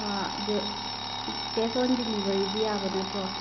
ꯑꯗꯨ cash on ꯗꯤꯂꯤꯕꯔꯤꯗꯤ ꯌꯥꯕ ꯅꯠꯇ꯭ꯔꯣ